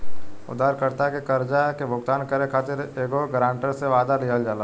उधारकर्ता के कर्जा के भुगतान करे खातिर एगो ग्रांटर से, वादा लिहल जाला